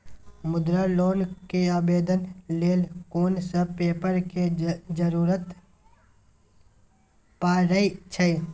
मुद्रा लोन के आवेदन लेल कोन सब पेपर के जरूरत परै छै?